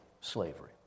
slavery